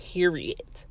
Period